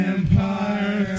Empire